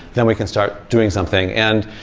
then we can start doing something and